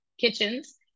Kitchens